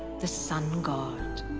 the sun god